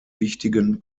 wichtigen